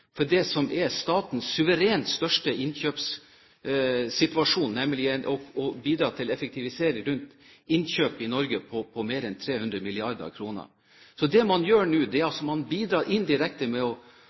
det som er statens suverent største innkjøpssituasjon, nemlig å bidra til å effektivisere rundt innkjøp i Norge på mer enn 300 mrd. kr, er det man gjør nå,